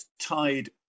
tied